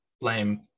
blame